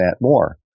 more